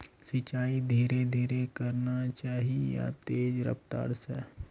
सिंचाई धीरे धीरे करना चही या तेज रफ्तार से?